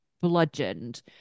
bludgeoned